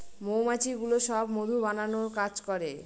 মৌমাছিগুলো সব মধু বানানোর কাজ করে